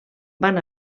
van